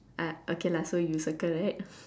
ah okay lah so you circled right